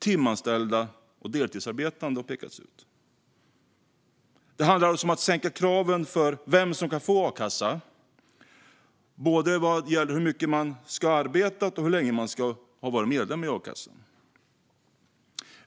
Timanställda och deltidsarbetande har pekats ut. Det handlar alltså om att sänka kraven för vem som kan få a-kassa, både vad gäller hur mycket man ska ha arbetat och vad gäller hur länge man ska ha varit medlem i a-kassan.